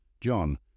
John